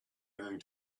going